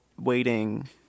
waiting